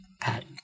Pat